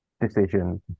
decision